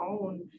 own